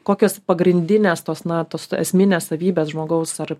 kokios pagrindinės tos natos esminės savybės žmogaus ar